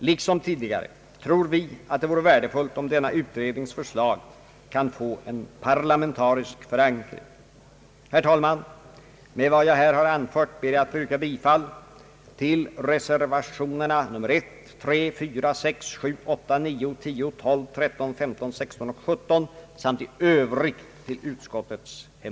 Liksom tidigare tror vi att dei vore värdefullt om denna utrednings förslag kan få en parlamentarisk förankring. Herr talman! Med vad jag här har anfört ber jag att få yrka bifall till reser